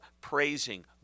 praising